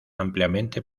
ampliamente